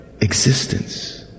existence